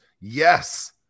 Yes